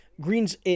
Greens